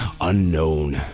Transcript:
unknown